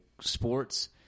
sports –